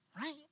right